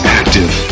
active